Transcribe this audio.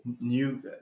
new